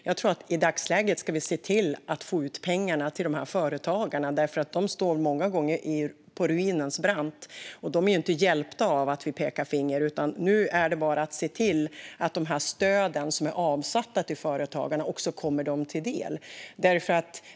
Jag tror att vi i dagsläget ska se till att få ut pengarna till företagarna, för de står många gånger på ruinens brant. De är ju inte hjälpta av att vi pekar finger, utan nu är det bara att se till att de stöd som är avsatta till företagarna också kommer dem till del.